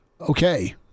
Okay